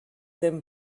them